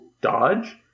dodge